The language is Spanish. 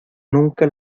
nunca